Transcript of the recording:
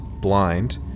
blind